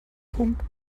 punkt